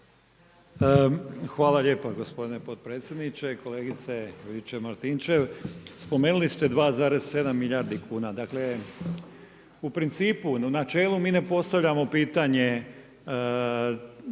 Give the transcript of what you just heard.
Hvala lijepa gospodine potpredsjedniče. Kolegice Juričev-Martinčev, spomenuli ste 2,7 milijardi kuna. Dakle, u principu, u načelu mi ne postavljamo pitanje